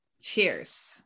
Cheers